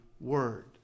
word